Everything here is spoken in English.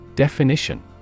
Definition